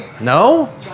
No